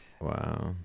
Wow